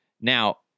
Now